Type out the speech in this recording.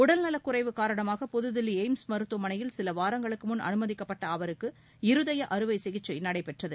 உடல்நலக் குறைவு காரணமாக புதுதில்லி ஏய்ம்ஸ் மருத்துவமனையில் சில வாரங்களுக்கு முன் அனுமதிக்கப்பட்ட அவருக்கு இருதய அறுவை சிகிச்சை நடைபெற்றது